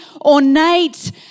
ornate